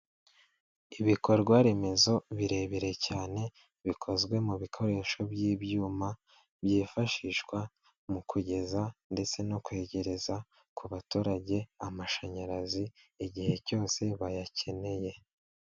Ibikorwaremezo birebire cyane bikozwe mu bikoresho by'ibyuma, byifashishwa mu kugeza ndetse no kwegereza ku baturage amashanyarazi igihe cyose bayakeneye.